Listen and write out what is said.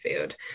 food